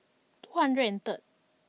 two hundred and third